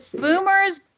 boomers